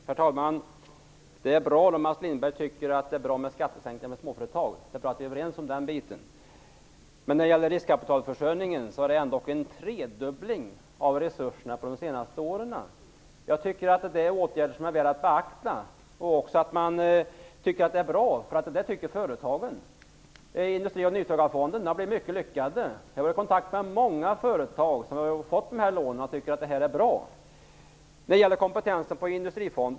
Herr talman! Det är bra att Mats Lindberg tycker att det är bra med skattesänkningar för småföretag. Vi är överens om den saken. Men när det gäller riskkapitalförsörjningen har det ändock skett en tredubbling av resurserna de senaste åren. Det är åtgärder som man har velat beakta och som företagen tycker är bra. Industri och nyföretagarfonderna har blivit mycket lyckade. Jag har varit i kontakt med många företag som har fått de här lånen och som tycker att detta är bra.